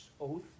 oath